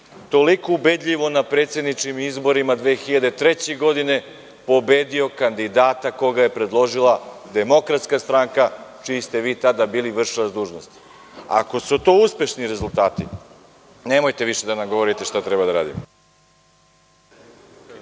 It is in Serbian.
toliko ubedljivo na predsedničkim izborima 2003. godine pobedio kandidata koga je predložila DS, čiji ste vi tada bili vršilac dužnosti? Ako su to uspešni rezultati, nemojte više da nam govorite šta treba da radimo.